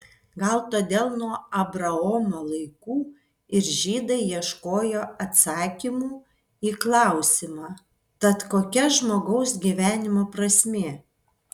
gal todėl nuo abraomo laikų ir žydai ieškojo atsakymų į klausimą tad kokia žmogaus gyvenimo prasmė